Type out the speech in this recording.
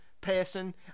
person